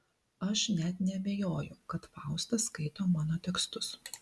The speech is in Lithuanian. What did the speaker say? aš net neabejoju kad fausta skaito mano tekstus